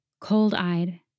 cold-eyed